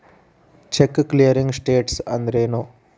Check clearing status ಅಂದ್ರೇನು?